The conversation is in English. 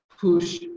push